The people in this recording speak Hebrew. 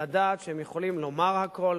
לדעת שהם יכולים לומר הכול,